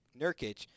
Nurkic